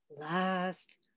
last